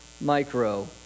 micro